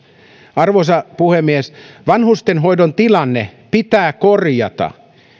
arvoisa puhemies vanhustenhoidon tilanne pitää korjata